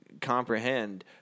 comprehend